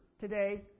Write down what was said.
today